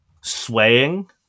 swaying